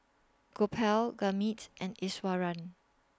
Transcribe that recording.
Gopal Gurmeet's and Iswaran